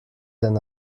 than